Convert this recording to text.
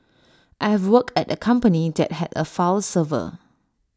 I have worked at A company that had A file server